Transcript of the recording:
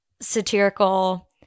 satirical